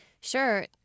Sure